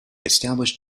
established